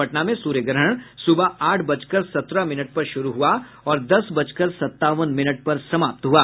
पटना में सूर्य ग्रहण सुबह आठ बजकर सत्रह मिनट पर शुरू हुआ और दस बजकर सत्तावन मिनट पर समाप्त हुआ